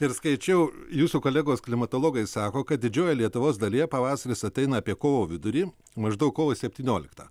ir skaičiau jūsų kolegos klimatologai sako kad didžiojoje lietuvos dalyje pavasaris ateina apie kovo vidury maždaug kovo septynioliktą